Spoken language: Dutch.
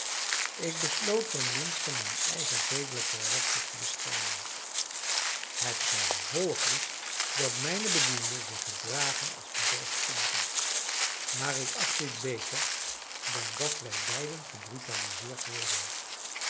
ik besloot ten minste mijn eigen zedelijk karakter te beschermen het gevolg is dat mijne bedienden zich gedragen als bedorven kinderen maar ik acht dit beter dan dat wij beiden gebrutaliseerd worden